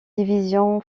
division